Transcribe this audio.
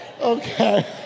okay